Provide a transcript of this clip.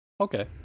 okay